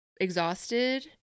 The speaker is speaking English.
exhausted